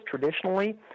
traditionally